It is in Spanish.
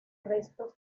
restos